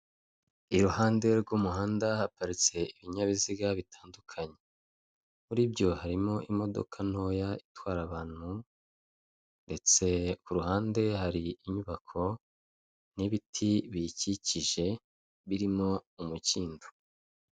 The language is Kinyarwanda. Iruhande rw'umuhanda hapariste ibinyabiziga bitandukanye. Muri byo hari imodoka ntoya itwara abantu, ndetse ku ruhande hari inyubako n'ibiti biyikikije birimo umukindo.